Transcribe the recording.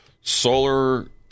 Solar